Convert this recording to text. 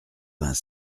vingt